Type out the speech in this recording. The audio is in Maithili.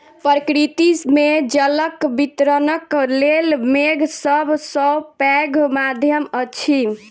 प्रकृति मे जलक वितरणक लेल मेघ सभ सॅ पैघ माध्यम अछि